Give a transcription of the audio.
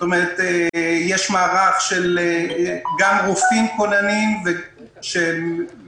יש מערך גם של רופאים כוננים שמשוחחים